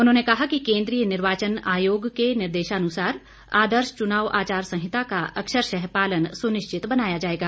उन्होंने कहा कि केंद्रीय निर्वाचन आयोग के निर्देशानुसार आदर्श चुनाव आचार संहिता का अक्षरशः पालन सुनिश्चित बनाया जाएगा